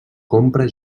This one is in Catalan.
compra